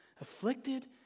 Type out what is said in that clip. Afflicted